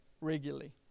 regularly